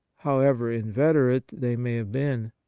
however inveterate they may have been.